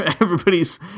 Everybody's